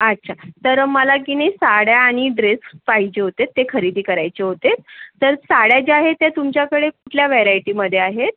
अच्छा तर मला की नाही साड्या आणि ड्रेस पाहिजे होते ते खरेदी करायचे होते तर साड्या ज्या आहे त्या तुमच्याकडे कुठल्या व्हेरायटीमध्ये आहे आहेत